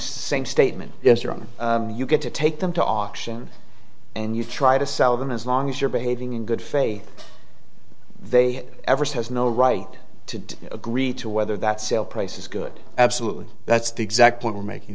same statement is your own you get to take them to auction and you try to sell them as long as you're behaving in good faith they ever says no right to agree to whether that sale price is good absolutely that's the exact point we're making